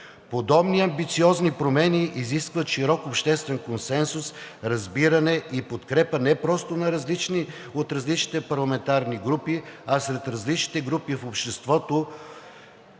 Подобни амбициозни промени изискват широк обществен консенсус, разбиране и подкрепа не просто от различните парламентарни групи, а сред различните групи в обществото,